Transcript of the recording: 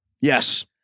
Yes